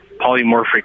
polymorphic